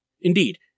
Indeed